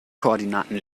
koordinaten